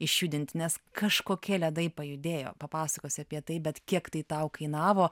išjudinti nes kažkokie ledai pajudėjo papasakosi apie tai bet kiek tai tau kainavo